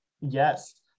Yes